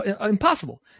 impossible